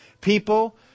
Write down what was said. people